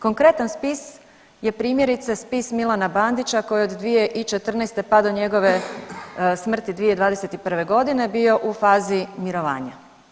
Konkretan spis je primjerice spis Milana Bandića koji je od 2014., pa do njegove smrti 2021.g. bio u fazi mirovanja.